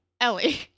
Ellie